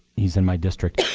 he's in my district.